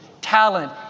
talent